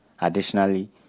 Additionally